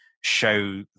show